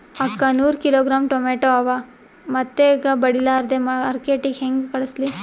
ಅಕ್ಕಾ ನೂರ kilogram tomato ಅವ, ಮೆತ್ತಗಬಡಿಲಾರ್ದೆ ಮಾರ್ಕಿಟಗೆ ಹೆಂಗ ಕಳಸಲಿ?